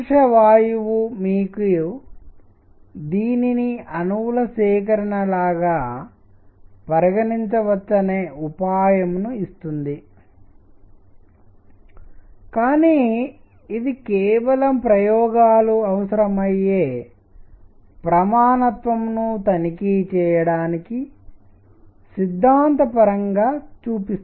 ఆదర్శ వాయువు మీకు దీనిని అణువుల సేకరణ లాగా పరిగణించవచ్చనే ఉపాయంను ఇస్తుంది కానీ ఇది కేవలం ప్రయోగాలు అవసరమయ్యే ప్రమాణత్వంను తనిఖీ చేయడానికి సిద్ధాంతపరంగా చూపిస్తుంది